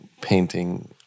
painting